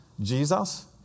Jesus